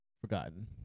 forgotten